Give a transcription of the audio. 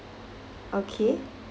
okay